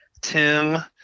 Tim